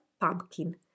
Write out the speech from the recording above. pumpkin